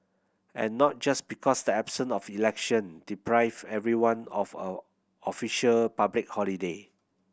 and not just because the absence of election deprived everyone of a official public holiday